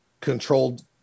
controlled